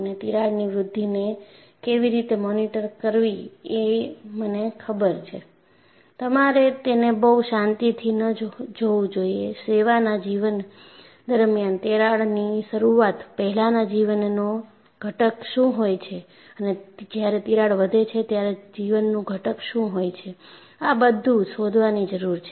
અને તિરાડની વૃદ્ધિને કેવી રીતે મોનિટર કરવી એ મને ખબર છે તમારે તેને બવ શાંતિથી ન જોવું જોઈએ સેવાના જીવન દરમિયાન તિરાડની શરૂઆત પહેલાના જીવનનો ઘટક શું હોય છે અને જ્યારે તિરાડ વધે છે ત્યારે જીવનનો ઘટક શું હોય છે આ બધુ શોધવાની જરૂર છે